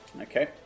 okay